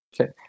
Okay